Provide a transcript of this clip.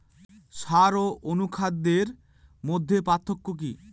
সার ও অনুখাদ্যের মধ্যে পার্থক্য কি?